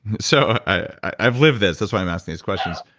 so i've lived this. that's why i'm asking these questions.